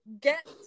get